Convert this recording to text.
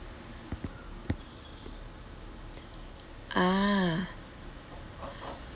ah